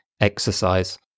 exercise